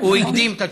הוא הקדים את התשובה.